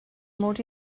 mod